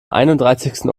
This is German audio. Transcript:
einunddreißigsten